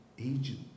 Agent